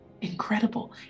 incredible